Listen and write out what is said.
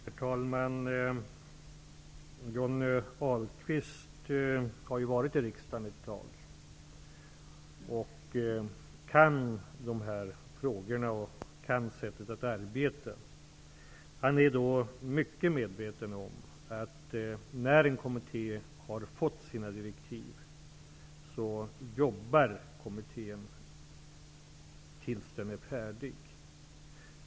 Herr talman! Johnny Ahlqvist har ju suttit i riksdagen ett tag. Han kan de här frågorna och sättet att arbeta. Han är mycket medveten om att en kommitté, när den har fått sina direktiv, jobbar tills den är färdig.